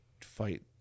fight